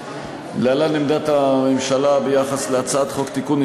להלן עמדת הממשלה ביחס להצעת חוק הגנת הצרכן (תיקון,